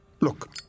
Look